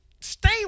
stay